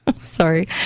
Sorry